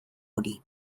hori